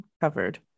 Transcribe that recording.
covered